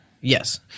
Yes